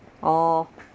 oh